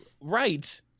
right